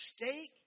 steak